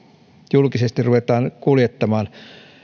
julkisesti ruvetaan kuljettamaan